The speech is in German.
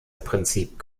prinzip